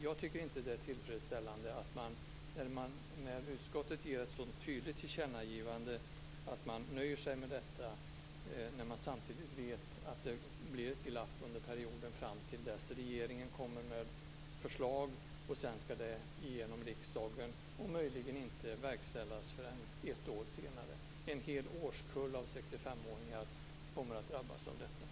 Jag tycker inte att det är tillfredsställande att man, när utskottet ger ett så tydligt tillkännagivande, nöjer sig med att det blir ett glapp under perioden fram till dess regeringen kommer med förslag som sedan skall gå igenom i riksdagen och som möjligen inte verkställs förrän ett år senare. En hel årskull av 65-åringar kommer att drabbas av detta.